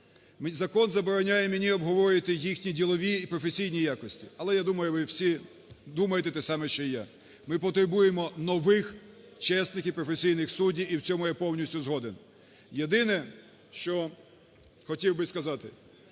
Закон забороняє мені обговорювати їхні ділові і професійні якості. Але, я думаю, ви всі думаєте те саме, що і я. Ми потребуємо нових чесних і професійних суддів. І в цьому я повністю згоден. Єдине, що хотів би сказати.